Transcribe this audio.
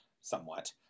somewhat